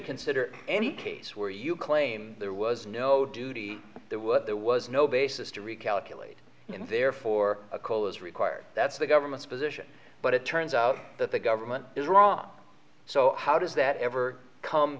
consider any case where you claim there was no duty there were there was no basis to recalculate and therefore a call is required that's the government's position but it turns out that the government is wrong so how does that ever come